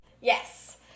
Yes